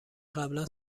قبلا